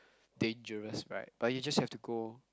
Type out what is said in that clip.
dangerous ride but you just have to go